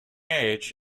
age